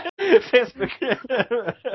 Facebook